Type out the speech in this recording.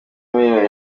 miliyoni